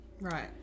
Right